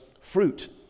fruit